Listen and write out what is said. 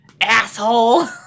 asshole